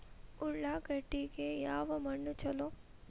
ಉಳ್ಳಾಗಡ್ಡಿಗೆ ಯಾವ ಮಣ್ಣು ಛಲೋ?